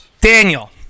Daniel